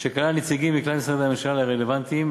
שכלל נציגים מכלל משרדי הממשלה הרלוונטיים,